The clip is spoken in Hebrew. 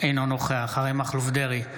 אינו נוכח אריה מכלוף דרעי,